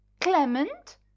Clement